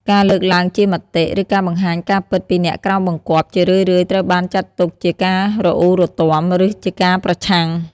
ការលើកឡើងជាមតិ ឬការបង្ហាញការពិតពីអ្នកក្រោមបង្គាប់ ជារឿយៗត្រូវបានចាត់ទុកជាការរអ៊ូរទាំ ឬជាការប្រឆាំង។